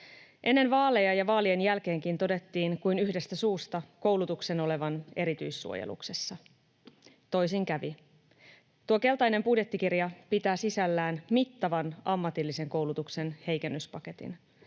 Ennen vaaleja ja vaalien jälkeenkin todettiin kuin yhdestä suusta koulutuksen olevan erityissuojeluksessa. Toisin kävi: tuo keltainen budjettikirja pitää sisällään mittavan ammatillisen koulutuksen heikennyspaketin,